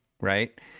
right